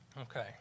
Okay